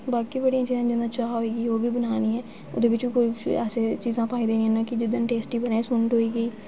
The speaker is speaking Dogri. बाकी बड़ी चीजां जि'यां चाह् होई ओह् बी बनानी ऐ ओह्दे बिच बी ऐसी चीजां पाई दिन्नी कि जेह्दे कन्नै ओह् टेस्टी बनी जां जि'यां सुंढ होई गेई